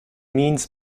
means